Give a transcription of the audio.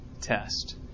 test